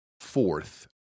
fourth